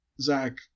Zach